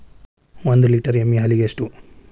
ಒಂದು ಲೇಟರ್ ಎಮ್ಮಿ ಹಾಲಿಗೆ ಎಷ್ಟು?